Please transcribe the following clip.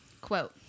Quote